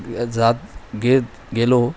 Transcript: जात घेत गेलो